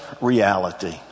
reality